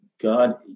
God